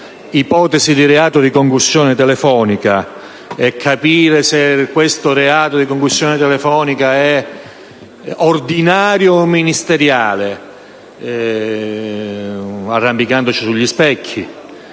ipotesi di reato di concussione telefonica, e capire se questo reato di concussione telefonica sia ordinario o ministeriale, ci arrampicheremmo sugli specchi.